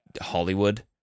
Hollywood